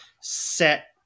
set